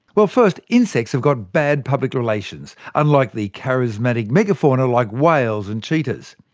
but first, insects have got bad public relations, unlike the charismatic megafauna like whales and cheetahs.